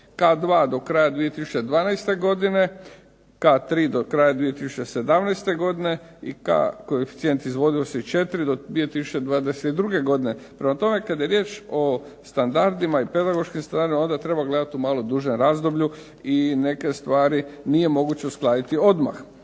K3 do kraja 2017. godine i K koeficijent izvodljivosti četiri do 2022. godine. Prema tome, kada je riječ o standardima i pedagoškim standardima onda treba gledati u malo dužem razdoblju i neke stvari nije moguće uskladiti odmah.